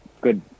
good